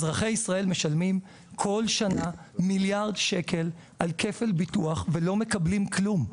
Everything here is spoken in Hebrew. אזרחי ישראל משלמים כל שנה מיליארד שקלים על כפל ביטוח ולא מקבלים כלום.